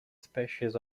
species